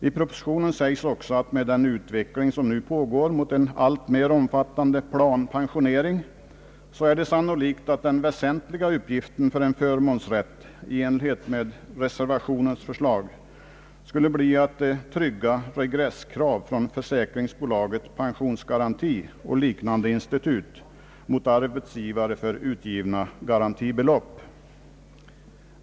I propositionen sägs också att med den utveckling som nu pågår mot en alltmer omfattande planpensionering är det sannolikt att den väsentliga uppgiften för en förmånsrätt i enlighet med reservationens förslag skulle bli att trygga regresskrav från försäkringsbolaget Pensionsgaranti och liknande institut mot arbetsgivare för utgivna garantibelopp.